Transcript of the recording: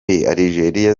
algeria